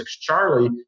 Charlie